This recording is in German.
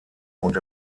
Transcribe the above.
und